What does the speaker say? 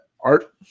Art